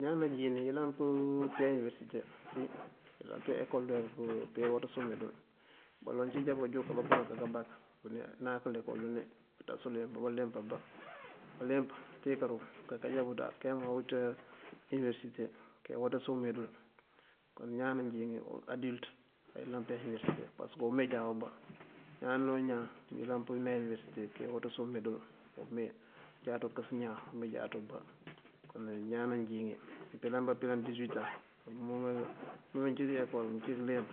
Ñaan nanjín ayëlan pëyá iniverësite si ayëlan payá ekol dúweek pëyá waţës ume dul. Baloŋ cí jába júk abá këma ká kab bëdúne náak ekol dúne pëţas uleemp, anëleemp ambá. Baleemp te karúm bëkaka jábuţ keeyin mawiţa iniverësite kaye watës ume dul. Kon ñaan nanjín o adilţ ayëlan pëyá iniverësite pasëk ume jáaţa ubá. Ñaan noo ñaan mënyëlan pëneej iniverësite këye waţës ume dul, ume jáaţo ukës ñaan ume jáaţa uba. Kon de ñaan nanjín pelan bá këpelan disëwitaŋ mëwúma mëncídí ekol mëcí këleemp